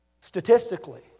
Statistically